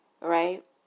right